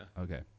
Okay